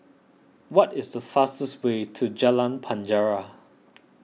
what is the fastest way to Jalan Penjara